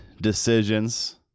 decisions